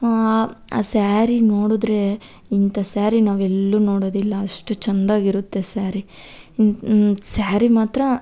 ಆ ಆ ಸ್ಯಾರಿ ನೋಡಿದ್ರೆ ಇಂಥ ಸ್ಯಾರಿ ನಾವು ಎಲ್ಲೂ ನೋಡೋದಿಲ್ಲ ಅಷ್ಟು ಚಂದ ಇರುತ್ತೆ ಸ್ಯಾರಿ ಸ್ಯಾರಿ ಮಾತ್ರ